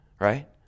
right